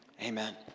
Amen